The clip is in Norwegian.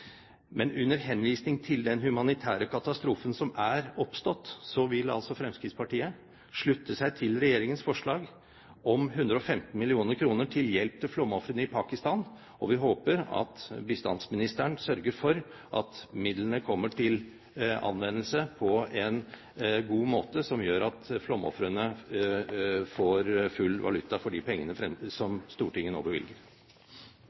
Men under henvisning til den humanitære katastrofen som er oppstått, vil Fremskrittspartiet slutte seg til regjeringens forslag om 115 mill. kr til hjelp til flomofrene i Pakistan. Vi håper at bistandsministeren sørger for at midlene kommer til anvendelse på god måte, slik at flomofrene får full valuta for de pengene som Stortinget nå bevilger.